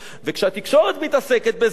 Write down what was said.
וכשהתקשורת מתעסקת בזה,